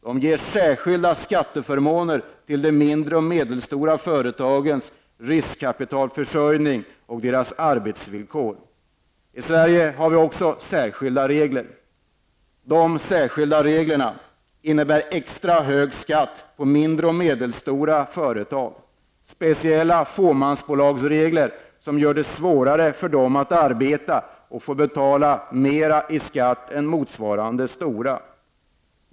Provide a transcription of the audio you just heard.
Det ges särskilda skatteförmåner till de mindre och medelstora företagens riskkapitalförsörjning och beträffande företagens övriga arbetsvillkor. Även i Sverige har vi särskilda regler. Dessa regler innebär extra hög skatt på mindre och medelstora företag, speciella fåmansbolagsregler som gör det svårare att arbeta. De får betala mera i skatt än motsvarande stora företag.